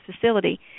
facility